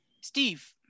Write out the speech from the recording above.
Steve